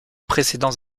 précédents